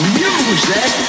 music